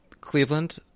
cleveland